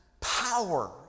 power